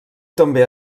també